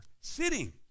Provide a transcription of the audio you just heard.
sitting